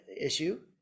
issue